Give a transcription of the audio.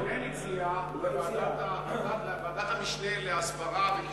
רונן הציע לוועדת המשנה להסברה.